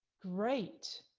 great.